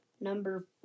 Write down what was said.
number